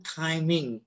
timing